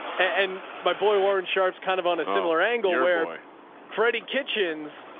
and my boy warren sharps kind of on a similar angle where pretty kitchens,